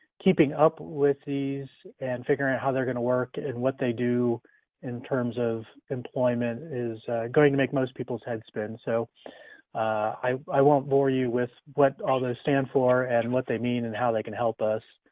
keeping up with these and figuring out how they're gonna work and what they do in terms of employment is going to make most people's heads spin, so i won't bore you with what all those stand for, and and what they mean, and how they can help us,